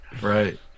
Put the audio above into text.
right